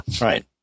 right